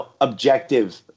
objective